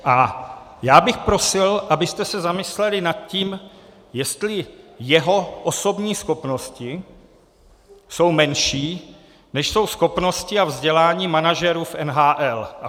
A já bych prosil, abyste se zamysleli nad tím, jestli jeho osobní schopnosti jsou menší, než jsou schopnosti a vzdělání manažerů v NHL.